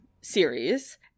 Series